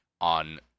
on